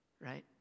right